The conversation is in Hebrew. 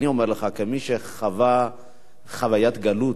אני אומר לך כמי שחווה חוויית גלות,